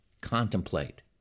contemplate